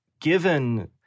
given